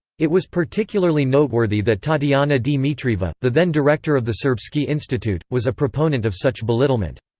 it was particularly noteworthy that tatyana dmitrieva, the then director of the serbsky institute, was a proponent of such belittlement.